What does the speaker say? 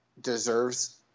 deserves